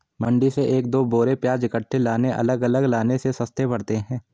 मंडी से एक दो बोरी प्याज इकट्ठे लाने अलग अलग लाने से सस्ते पड़ते हैं